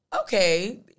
okay